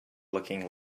looking